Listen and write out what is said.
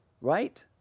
right